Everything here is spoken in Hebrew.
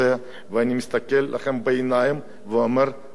ואני מסתכל לכם בעיניים ואומר: רבותי,